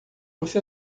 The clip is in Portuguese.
você